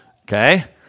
Okay